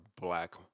black